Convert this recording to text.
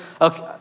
okay